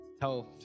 tell